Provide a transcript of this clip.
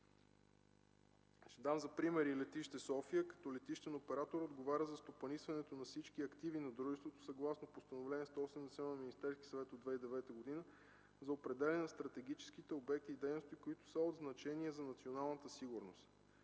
Ще дам за пример и летище София като летищен оператор, отговарящ за стопанисването на всички активи на дружеството съгласно Постановление № 181 на Министерския съвет от 2009 г. за определяне на стратегическите обекти и дейности, които са от значение за националната сигурност.